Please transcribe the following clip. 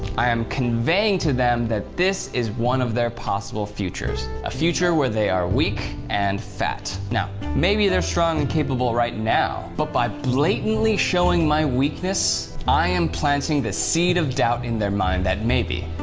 i am conveying to them that this is one of their possible futures. a future where they are weak and fat. now, maybe they're strong and capable right now, but by blatantly showing my weakness, i am planting the seed of doubt in their mind that maybe,